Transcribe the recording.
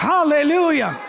Hallelujah